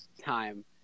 time